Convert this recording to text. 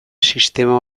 sistema